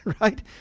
right